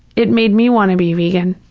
it made me want to be vegan.